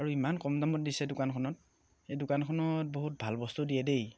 আৰু ইমান কম দামত দিছে দোকানখনত এই দোকানখনত বহুত ভাল বস্তু দিয়ে দেই